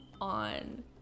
on